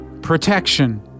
protection